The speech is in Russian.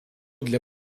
для